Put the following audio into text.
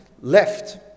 left